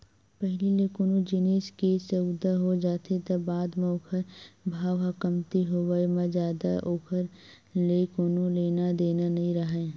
पहिली ले कोनो जिनिस के सउदा हो जाथे त बाद म ओखर भाव ह कमती होवय या जादा ओखर ले कोनो लेना देना नइ राहय